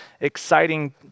exciting